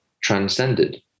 transcended